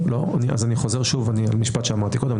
אני חוזר שוב על המשפט שאמרתי קודם.